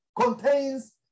contains